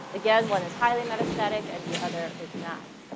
again, one is highly metastatic and the other is not.